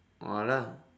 ah lah